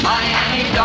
Miami